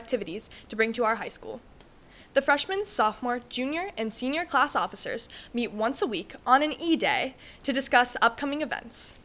activities to bring to our high school the freshman sophomore junior and senior class officers meet once a week on an easy day to discuss upcoming events